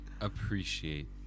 Appreciate